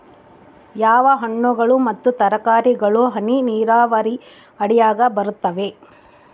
ಯಾವ ಹಣ್ಣುಗಳು ಮತ್ತು ತರಕಾರಿಗಳು ಹನಿ ನೇರಾವರಿ ಅಡಿಯಾಗ ಬರುತ್ತವೆ?